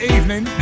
Evening